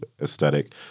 aesthetic